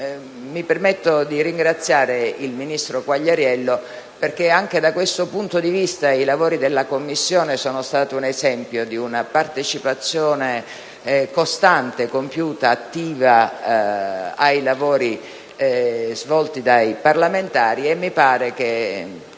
Mi permetto di ringraziare il ministro Quagliariello perché, anche da questo punto di vista, i lavori della Commissione sono stati un esempio di partecipazione costante, compiuta e attiva al lavoro svolto dai parlamentari. Mi pare che